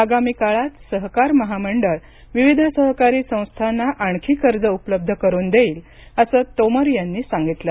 आगामी काळात सहकार महामंडळ विविध सहकारी संस्थांना आणखी कर्ज उपलब्ध करून देईल असं तोमर यांनी सांगितलं